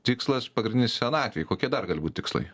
tikslas pagrindinis senatvei kokie dar gali būt tikslai